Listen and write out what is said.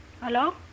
Hello